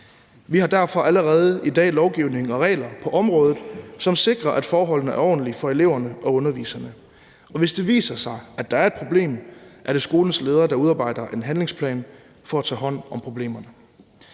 Vi har derfor allerede i dag lovgivning og regler på området, som sikrer, at forholdene er ordentlige for eleverne og underviserne. Og hvis det viser sig, at der er et problem, er det skolens leder, der udarbejder en handlingsplan for at tage hånd om problemerne.